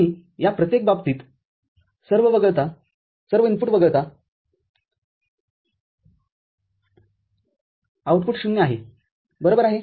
आणि या प्रत्येक बाबतीतसर्व इनपुट १ वगळता आउटपुट ० आहे बरोबर आहे